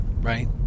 right